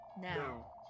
Now